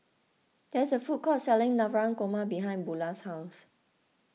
there is a food court selling Navratan Korma behind Beula's house